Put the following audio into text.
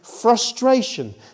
frustration